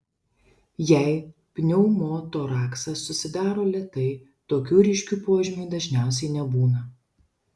jei pneumotoraksas susidaro lėtai tokių ryškių požymių dažniausiai nebūna